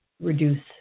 reduce